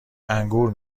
انگور